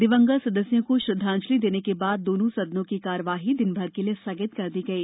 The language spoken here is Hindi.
दिवंगत सदद्यों को श्रद्वांजलि देने के बाद दोनों सदनों की कार्यवाई दिनभर के लिए स्थगित कर दी गई